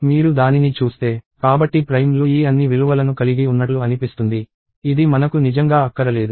మీరు దానిని చూస్తే కాబట్టి ప్రైమ్లు ఈ అన్ని విలువలను కలిగి ఉన్నట్లు అనిపిస్తుంది ఇది మనకు నిజంగా అక్కరలేదు